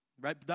right